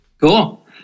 Cool